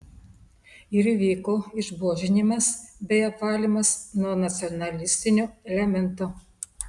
ir įvyko išbuožinimas bei apvalymas nuo nacionalistinio elemento